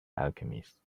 alchemist